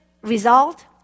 result